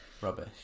Rubbish